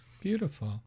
Beautiful